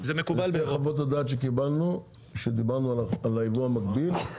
זה מקובל --- לפי חוות הדעת שקיבלנו כשדיברנו על היבוא המקביל,